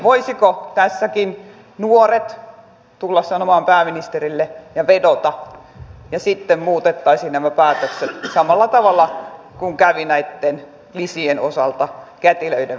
voisivatko tässäkin nuoret tulla sanomaan pääministerille ja vedota ja sitten muutettaisiin nämä päätökset samalla tavalla kuin kävi näitten lisien osalta kätilöiden vedotessa